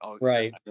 right